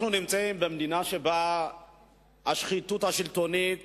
אנחנו נמצאים במדינה שבה השחיתות השלטונית